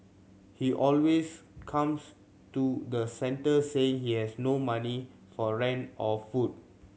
he always comes to the centre saying he has no money for rent or food